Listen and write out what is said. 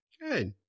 Good